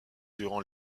durant